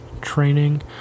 training